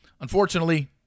unfortunately